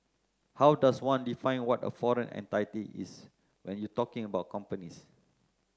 how does one define what a foreign entity is when you're talking about companies